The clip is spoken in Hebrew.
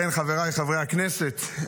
חבריי חברי הכנסת,